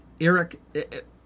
Eric